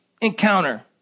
encounter